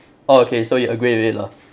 oh okay so you agree with it lah